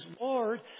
Lord